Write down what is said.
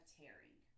tearing